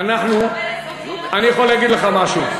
אני יכול להגיד לך משהו.